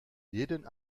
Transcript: jeden